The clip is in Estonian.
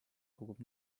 kogub